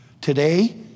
today